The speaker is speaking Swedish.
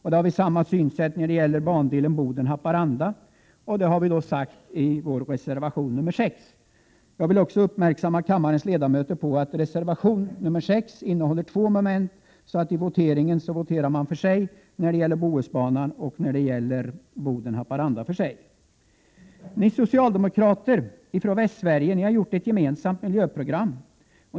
På samma sätt betraktar vi bandelen Boden-Haparanda. Detta har vi uttryckt i reservation 6. Jag vill göra kammarens ledamöter uppmärksamma på att denna reservation innehåller två moment. Vid voteringen tas dessa var för sig — Bohusbanan och banan Boden-Haparanda tas alltså upp var för sig. Ni socialdemokrater från Västsverige har åstadkommit ett gemensamt miljöprogram.